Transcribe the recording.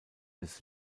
des